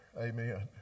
Amen